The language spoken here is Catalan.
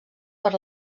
per